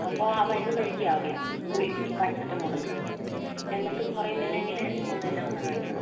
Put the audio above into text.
അപ്പോൾ ആ മരുന്ന് കഴിക്കുക ആദ്യം പാരസെറ്റാമോള് എന്നിട്ടും കുറയുന്നില്ലെങ്കിൽ ഒന്ന് എന്നെ വന്ന് കാണിക്കണം